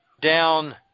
down